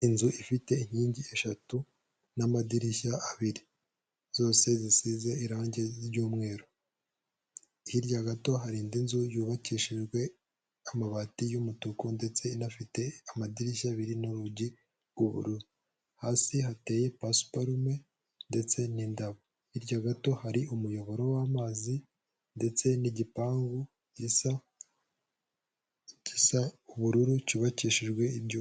Inzu ifite inkingi eshatu n'amadirishya abiri zose zisize irangi ry'umweru, hirya gato hari indi nzu yubakishijwe amabati y'umutuku ndetse inafite amadirishya abiri n'urugi rw'ubururu, hasi hateye pasiparume ndetse n'indabo, hirya gato hari umuyoboro w'amazi ndetse n'igipangu gisa ubururu cyubakishijwe ibyuma.